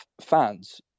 fans